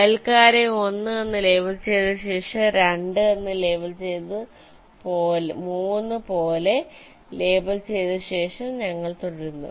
അയൽക്കാരെ 1 എന്ന് ലേബൽ ചെയ്ത ശേഷം 2 എന്ന് ലേബൽ ചെയ്തത് 3 പോലെ ലേബൽ ചെയ്തത് ഞങ്ങൾ തുടരുന്നു